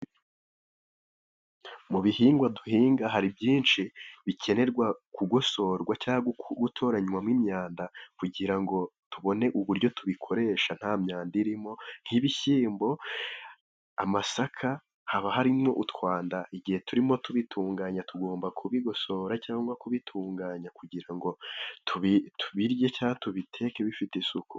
Mu bihingwa duhinga hari byinshi bikenerwa kugosorwa cyangwa gutoranywamo imyanda kugira ngo tubone uburyo tubikoresha nta myanda irimo. Nk'ibishyimbo, amasaka, haba harimo utwanda. Igihe turimo tubitunganya ,tugomba kubigosora cyangwa kubitunganya, kugira ngo tubirye cyangwa tubiteke bifite isuku.